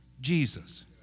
Jesus